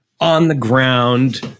on-the-ground